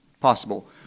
possible